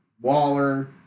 Waller